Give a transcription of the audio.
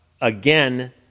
again